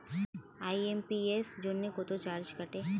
IMPS জন্য কত charge কাটে?